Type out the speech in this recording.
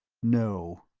no,